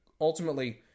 ultimately